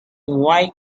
white